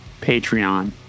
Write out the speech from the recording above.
Patreon